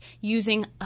using